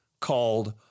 called